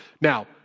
Now